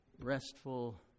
restful